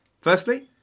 Firstly